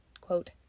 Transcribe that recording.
quote